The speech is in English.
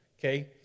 Okay